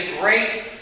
great